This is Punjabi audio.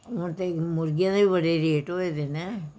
ਹੁਣ ਤਾਂ ਮੁਰਗੀਆਂ ਦੇ ਵੀ ਬੜੇ ਰੇਟ ਹੋਏ ਦੇ ਨੇ